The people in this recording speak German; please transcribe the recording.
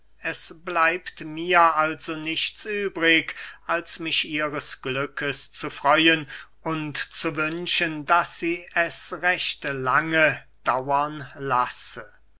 es bleibt mir also nichts übrig als mich ihres glückes zu freuen und zu wünschen daß sie es recht lange dauern lasse